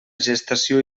gestació